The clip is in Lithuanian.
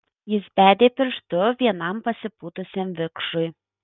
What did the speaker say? jis bedė pirštu vienam pasipūtusiam vikšrui